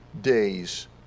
days